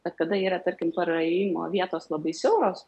bet kada yra tarkim praėjimo vietos labai siauros